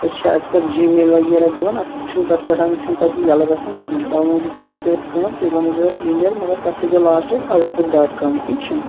أسۍ چھِ اکژ جی میل وَغیرہ دِوان اتھ چھُنہٕ تتھ پیٚٹھ چھُنہٕ پَتہٕ یہِ یلہٕ گژھان کِہیٖنٛۍ تَوے موٗجوٗب کٔرۍزیٚو تُہۍ اتھ کٲم تُہۍ بَناوزیٚو اتھ اِی میل مَگر تتھ تھٲوِزیٚو لاسٹَس اوُٹ لُک ڈاٹ کام ٹھیٖک چھا